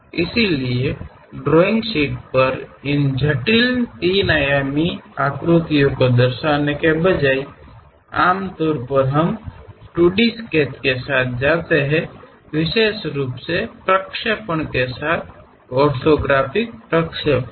ಆದ್ದರಿಂದ ಡ್ರಾಯಿಂಗ್ ಶೀಟ್ನಲ್ಲಿ ಈ ಸಂಕೀರ್ಣ ಮೂರು ಆಯಾಮದ ಆಕಾರಗಳನ್ನು ಪ್ರತಿನಿಧಿಸುವ ಬದಲು ಸಾಮಾನ್ಯವಾಗಿ ನಾವು 2 ಡಿ ರೇಖಾಚಿತ್ರಗಳೊಂದಿಗೆ ಹೋಗುತ್ತೇವೆ ವಿಶೇಷವಾಗಿ ಪ್ರಕ್ಷೇಪಗಳು ಆರ್ಥೋಗ್ರಾಫಿಕ್ ಪ್ರಕ್ಷೇಪಗಳು